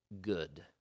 good